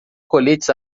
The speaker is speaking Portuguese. coletes